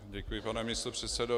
Děkuji, pane místopředsedo.